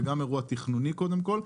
זה גם אירוע תכנוני קודם כל,